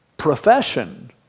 profession